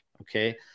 Okay